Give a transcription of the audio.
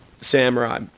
samurai